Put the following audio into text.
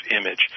image